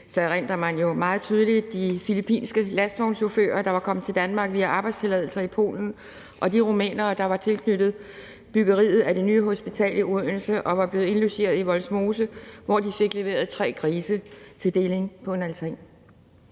erindrer man jo meget tydeligt de filippinske lastvognschauffører, der var kommet til Danmark via arbejdstilladelser i Polen, og de rumænere, der var tilknyttet byggeriet af det nye hospital i Odense, som var blevet indlogeret i Vollsmose, hvor de fik leveret tre grise til deling på en altan.